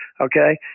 Okay